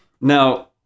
Now